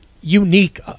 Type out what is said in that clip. unique